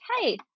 hey